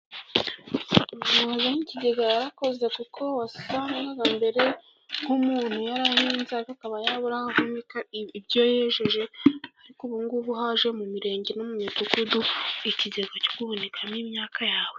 Umuntu wazanye ikigega yarakoze, kuko wasangaga mbere nk'umuntu yarahinze ariko akaba yabura aho ahunika ibyo yejeje, ariko ubu ngubu haje mu mirenge no mu midugudu ikigega cyo guhunikamo imyaka yawe.